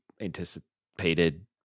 anticipated